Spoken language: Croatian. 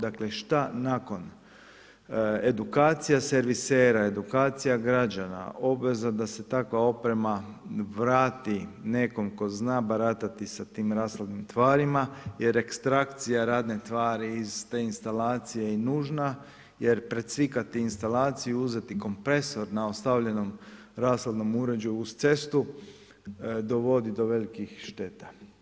Dakle, šta nakon edukacija servisera, edukacija građana, obveza da se takva oprema vrati nekom tko zna baratati sa tim rashladnim tvarima jer ekstrakcija radne tvari iz te instalacije je nužna jer precvikati instalaciju uzeti kompresor na ostavljenom rashladnom uređaju uz cestu dovodi do velikih šteta?